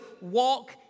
walk